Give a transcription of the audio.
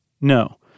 no